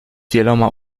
wieloma